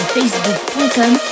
facebook.com